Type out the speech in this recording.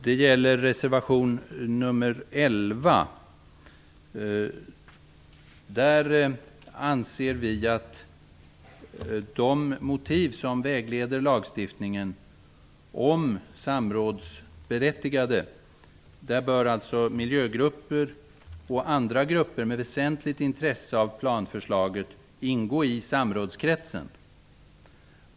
Det gäller reservation nr 11. Där säger vi att det tydligt bör framgå av de motiv som vägleder lagstiftningen om samrådsberättigade att miljögrupper och andra grupper med väsentligt intresse av planförslaget bör ingå i samrådskretsen.